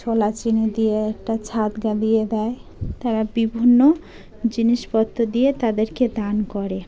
ছোলা চিনি দিয়ে একটা দেয় তারা বিভিন্ন জিনিসপত্র দিয়ে তাদেরকে দান করে